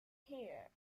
here